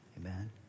Amen